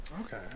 okay